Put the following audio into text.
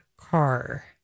car